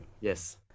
Yes